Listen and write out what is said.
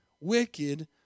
wicked